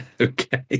Okay